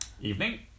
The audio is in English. evening